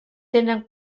tenen